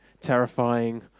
terrifying